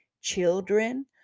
Children